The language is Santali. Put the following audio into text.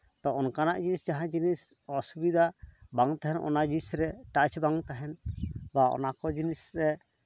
ᱛᱳ ᱚᱱᱠᱟᱱᱟᱜ ᱡᱟᱦᱟᱱ ᱡᱤᱱᱤᱥ ᱚᱥᱩᱵᱤᱫᱷᱟ ᱵᱟᱝ ᱛᱟᱦᱮᱱ ᱚᱱᱟ ᱡᱤᱱᱤᱥ ᱨᱮ ᱴᱟᱪ ᱵᱟᱝ ᱛᱟᱦᱮᱱ ᱵᱟ ᱚᱱᱟ ᱠᱚ ᱡᱤᱱᱤᱥ ᱨᱮ